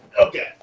Okay